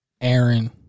Aaron